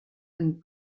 dem